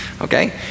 okay